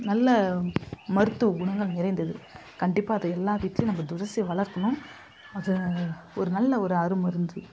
நல்ல மருத்துவ குணங்கள் நிறைந்தது கண்டிப்பாக அது எல்லா வீட்டிலயும் நம்ப துளசியை வளர்க்கணும் அது வந்து நல்ல ஒரு அருமருந்து